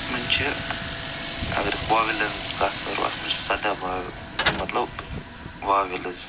اَتھ منٛز چھِ اگر أسۍ واوٮ۪لَن ہٕنٛز کتھ کَرو اتھ منٛز چھِ سداہ واوٮ۪ل مطلب واوٮ۪لٕز